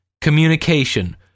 communication